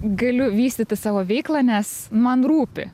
galiu vystyti savo veiklą nes man rūpi